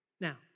Now